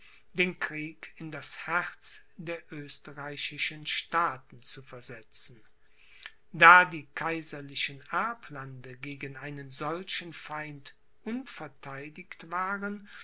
den krieg in das herz der österreichischen staaten zu versetzen da die kaiserlichen erblande gegen einen solchen feind unvertheidigt waren